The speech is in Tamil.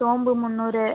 சோம்பு முன்னூறு